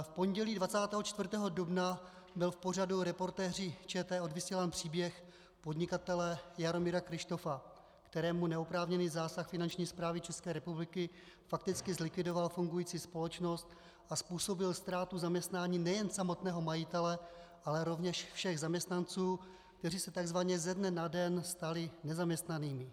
V pondělí 24. dubna byl v pořadu Reportéři ČT odvysílán příběh podnikatele Jaromíra Kryštofa, kterému neoprávněný zásad Finanční správy České republiky fakticky zlikvidoval fungující společnost a způsobil ztrátu zaměstnání nejen samotného majitele, ale rovněž všech zaměstnanců, kteří se takzvaně ze dne na den stali nezaměstnanými.